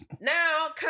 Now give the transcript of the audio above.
now